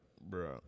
bro